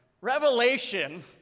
Revelation